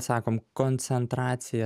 sakom koncentracija